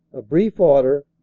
a brief order,